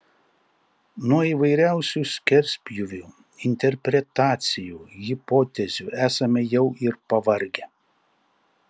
nuo įvairiausių skerspjūvių interpretacijų hipotezių esame jau ir pavargę